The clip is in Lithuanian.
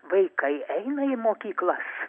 vaikai eina į mokyklas